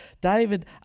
david